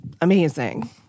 amazing